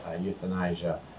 euthanasia